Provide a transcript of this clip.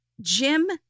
Jim